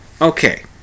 Okay